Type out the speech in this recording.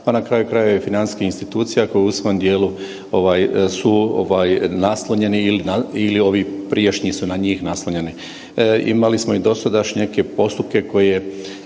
a na kraju krajeva i financijskih institucija koje u svom dijelu ovaj su naslonjene ili ovi prijašnji su na njih naslonjeni. Imali smo i dosada još neke postupke koje